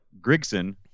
Grigson